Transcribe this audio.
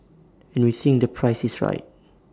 and we think the price is right